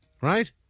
Right